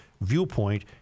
viewpoint